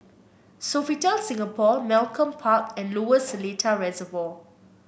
Sofitel Singapore Malcolm Park and Lower Seletar Reservoir